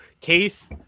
Case